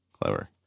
Clever